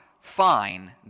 fine